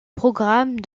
programme